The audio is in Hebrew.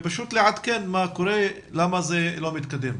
ולעדכן את הוועדה למה זה לא מתקדם.